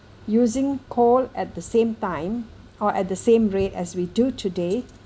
using coal at the same time or at the same rate as we do today